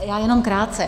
Já jenom krátce.